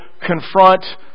confront